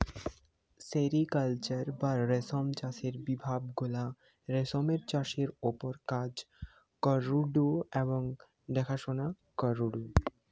sericulture বা রেশম চাষের বিভাগ গুলা রেশমের চাষের ওপর কাজ করঢু এবং দেখাশোনা করঢু